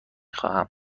خواهم